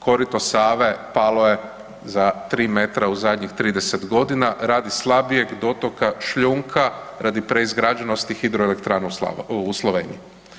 Korito Save palo je za 3 metra u zadnjih 30 godina radi slabijeg dotoka šljunka, radi preizgrađenosti hidroelektrana u Sloveniji.